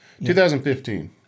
2015